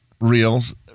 reels